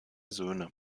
söhne